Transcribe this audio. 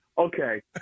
Okay